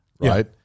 right